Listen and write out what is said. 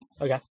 Okay